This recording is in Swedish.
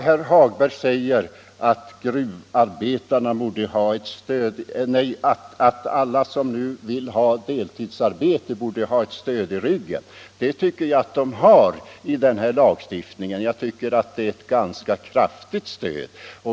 Herr Hagberg i Borlänge säger att alla som nu vill ha deltidsarbete borde ha ett stöd i ryggen. Det tycker jag att de har i denna lagstiftning, och jag tycker att det är ett ganska kraftigt stöd.